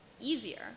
easier